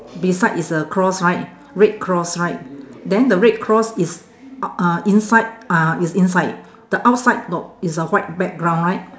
beside is a cross right red cross right then the red cross is uh uh inside uh it's inside the outside no it's a white background right